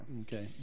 Okay